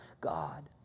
God